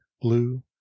blue